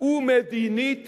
ומדינית